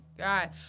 God